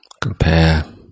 compare